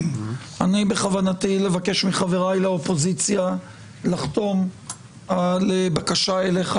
בכוונתי לבקש מחבריי לאופוזיציה לחתום על בקשה אליך